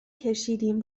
کشیدیم